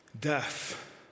Death